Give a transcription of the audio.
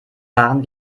waren